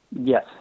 Yes